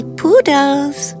poodles